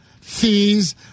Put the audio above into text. fees